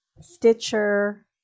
Stitcher